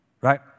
right